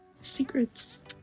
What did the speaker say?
Secrets